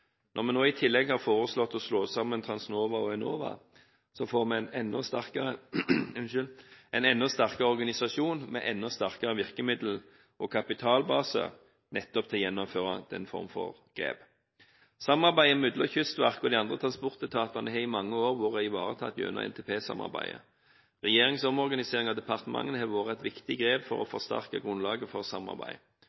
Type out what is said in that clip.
Når vi nå i tillegg har foreslått å slå sammen Transnova og Enova, får vi en enda sterkere organisasjon med enda sterkere virkemiddel og kapitalbase, nettopp til å gjennomføre den form for grep. Samarbeidet mellom Kystverket og de andre transportetatene har i mange år vært ivaretatt gjennom NTP-samarbeidet. Regjeringens omorganisering av departementene har vært et viktig grep for å